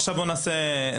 עכשיו בואו נסיים את ההקראה.